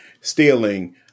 stealing